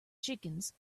chickens